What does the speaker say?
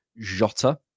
Jota